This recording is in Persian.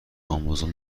امازون